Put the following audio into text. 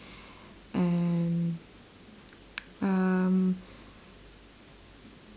and um